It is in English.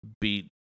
beat